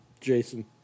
Jason